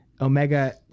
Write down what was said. Omega